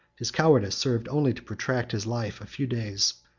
his cowardice served only to protract his life a few days,